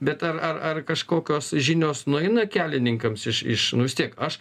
bet ar ar ar kažkokios žinios nueina kelininkams iš iš nu vis tiek aš